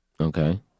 Okay